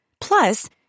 Plus